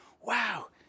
wow